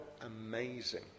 amazing